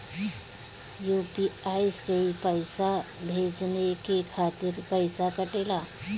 UPI से पइसा भेजने के खातिर पईसा कटेला?